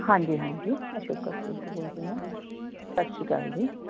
ਹਾਂਜੀ ਹਾਂਜੀ ਅਸ਼ੋਕਾ ਸਕੂਲ ਤੋਂ ਬੋਲਦੇ ਹਾਂ ਸਤਿ ਸ਼੍ਰੀ ਅਕਾਲ ਜੀ